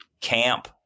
camp